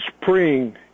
spring